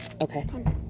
Okay